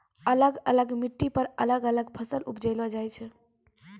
अलग अलग मिट्टी पर अलग अलग फसल उपजैलो जाय छै